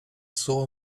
saw